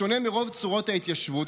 בשונה מרוב צורות ההתיישבות,